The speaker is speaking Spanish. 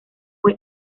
fue